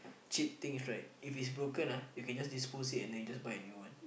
cheap thing right if it's broken lah you can just dispose it and buy a new one